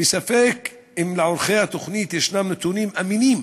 וספק אם לעורכי התוכנית יש נתונים אמינים